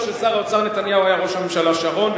של שר האוצר נתניהו היה ראש הממשלה שרון,